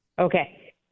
Okay